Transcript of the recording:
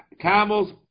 camels